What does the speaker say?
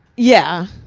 yeah,